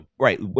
Right